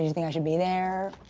you think i should be there?